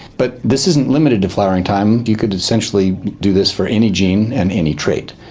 but this isn't limited to flowering time, you could essentially do this for any gene and any trait.